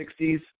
60s